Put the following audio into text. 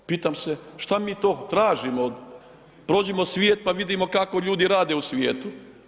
Pitam se, šta mi to tražimo od, prođimo svijet pa vidimo kako ljudi rade u svijetu.